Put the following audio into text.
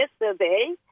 yesterday